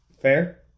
Fair